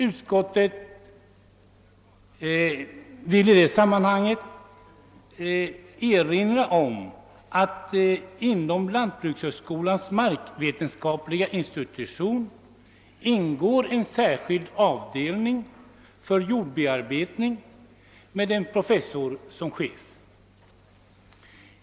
Utskottet vill i det sammanhanget erinra om att i lantbrukshögskolans markvetenskapliga institution ingår en särskild avdelning för jordbearbetning med en professor som chef.